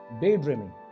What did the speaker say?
daydreaming